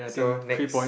so next